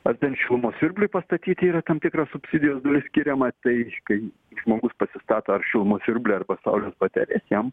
ar ten šilumos siurbliui pastatyti yra tam tikra subsidijos skiriama tai kai žmogus pasistato ar šilumos siurblį arba saulės baterijas jam